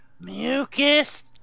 mucus